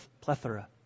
plethora